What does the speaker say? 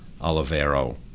Olivero